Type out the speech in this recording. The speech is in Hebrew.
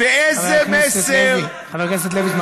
ואיזה מסר, חבר הכנסת לוי.